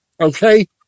okay